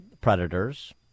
predators